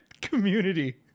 community